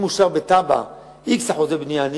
אם אושר בתב"ע x אחוזי בנייה,